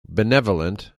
benevolent